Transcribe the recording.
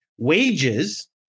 Wages